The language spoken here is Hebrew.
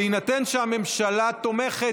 בהינתן שהממשלה תומכת,